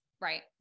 Right